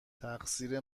تقصیر